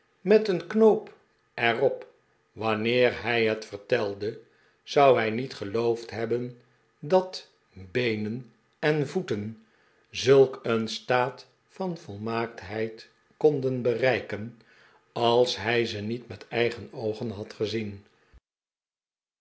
met een knoop erop wanneer hij het vertelde zou hij niet geloofd hebben dat beeneh en voeten zulk een staat van volmaaktheid konden bereiken als hij ze niet met eigen oogen had gezien